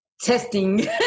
Testing